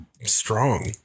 Strong